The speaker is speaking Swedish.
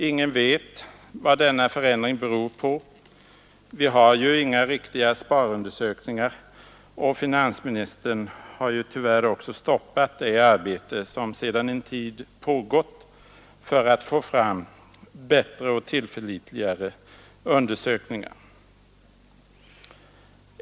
Ingen vet vad denna förändring beror på — vi har inga riktiga sparundersökningar, och finansministern har ju tyvärr också stoppat det arbete som sedan en tid pågått för att få fram bättre och tillförlitligare undersökningar.